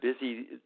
busy